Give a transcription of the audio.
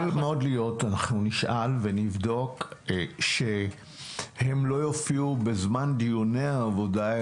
יכול להיות מאוד שאפשר שהם לא יופיעו בזמן דיוני העבודה,